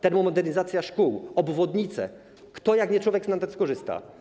Termomodernizacja szkół, obwodnice - kto jak nie człowiek na tym skorzysta?